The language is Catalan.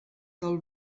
del